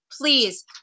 Please